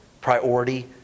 priority